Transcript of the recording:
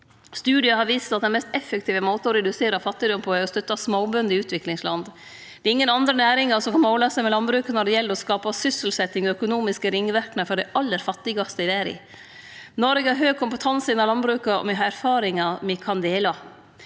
Studiar har vist at den mest effektive måten å redusere fattigdom på er å støtte småbønder i utviklingsland. Det er ingen andre næringar som kan måle seg med landbruket når det gjeld å skape sysselsetjing og økonomiske ringverknader for dei aller fattigaste i verda. Noreg har høg kompetanse innan landbruket, og me har erfaringar me kan dele.